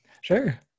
Sure